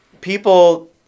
people